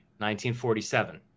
1947